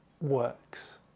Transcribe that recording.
works